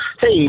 Hey